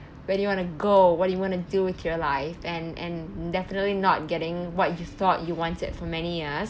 where do you want to go what do you want to do with your life and and definitely not getting what you thought you wanted for many years